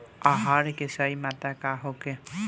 आहार के सही मात्रा का होखे?